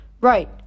Right